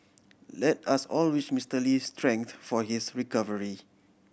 let us all wish Mister Lee strength for his recovery